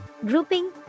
Grouping